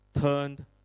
turned